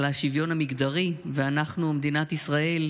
על השוויון המגדרי, ואנחנו, מדינת ישראל,